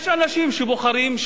יש אנשים שבוחרים,